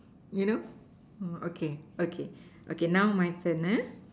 you know okay okay okay now my turn